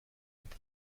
mit